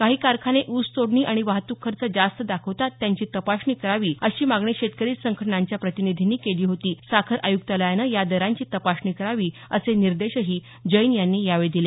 काही कारखाने ऊसतोडणी आणि वाहतूक खर्च जास्त दाखवतात त्यांची तपासणी करावी अशी मागणी शेतकरी संघटनांच्या प्रतिनिधींनी केली होती साखर आयुक्तालयानं या दरांची तपासणी करावी असे निर्देशही जैन यांनी यावेळी दिले